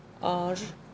ਔਰ